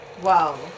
Wow